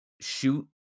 shoot